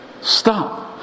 Stop